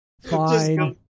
Fine